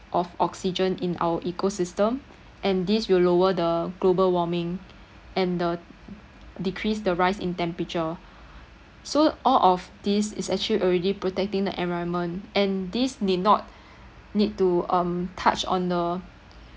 of oxygen in our ecosystem and this will lower the global warming and the decrease the rise in temperature so all of these is actually already protecting the environment and this need not need to um touch on the